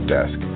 Desk